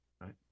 right